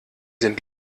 sind